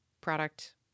product